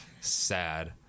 sad